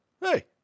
Hey